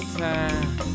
time